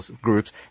groups